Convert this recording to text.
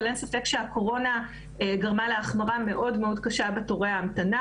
אבל אין ספק שהקורונה גרמה להחמרה מאוד-מאוד קשה בתורי ההמתנה.